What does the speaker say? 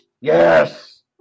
Yes